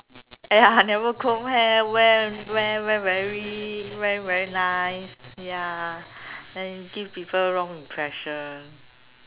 ya never comb hair wear wear wear very wear very nice ya then give people wrong impression